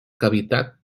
cavitat